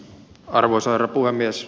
arvoisa herra puhemies